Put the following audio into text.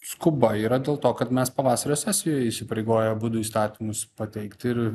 skuba yra dėl to kad mes pavasario sesijoj įsipareigojom abudu įstatymus pateikti ir